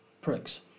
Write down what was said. pricks